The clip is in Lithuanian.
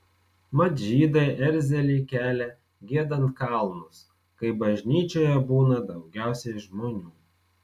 mat žydai erzelį kelia giedant kalnus kai bažnyčioje būna daugiausiai žmonių